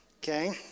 Okay